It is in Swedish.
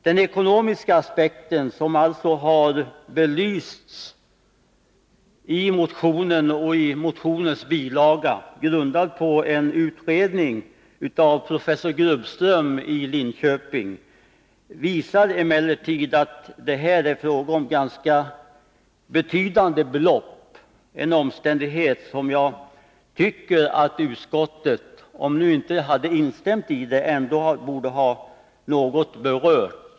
Den ekonomiska aspekten, som alltså har belysts i motionen ochi bilagan, grundad på en utredning av professor Grubbström i Linköping, visar emellertid att det här är fråga om ganska betydande belopp — en omständighet som jag tycker att utskottet borde ha, om inte instämt i så dock något berört.